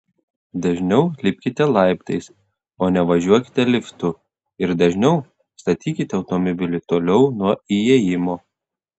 dažniau lipkite laiptais o ne važiuokite liftu ir dažniau statykite automobilį toliau nuo įėjimo